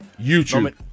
YouTube